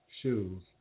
shoes